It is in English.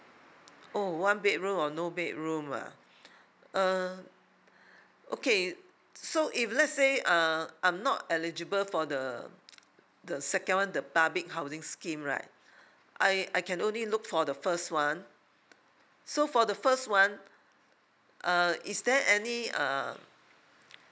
oh one bedroom or no bedroom ah uh okay so if let's say uh I'm not eligible for the the second one the public housing scheme right I I can only look for the first one so for the first one uh is there any uh